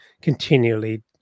continually